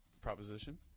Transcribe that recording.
proposition